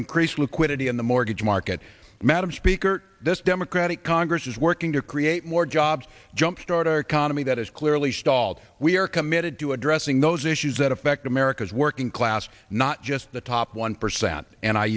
increase liquidity in the mortgage market madam speaker this democratic congress is working to create more jobs jumpstart our economy that is clearly stalled we are committed to addressing those issues that affect america's working class not just the top one percent and i